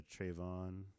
Trayvon